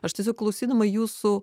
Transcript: aš tiesiog klausydama jūsų